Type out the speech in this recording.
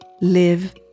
live